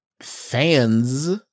fans